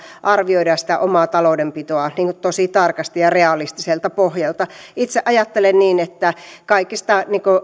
arvioidaan sitä omaa taloudenpitoa tosi tarkasti ja realistiselta pohjalta itse ajattelen että kaikista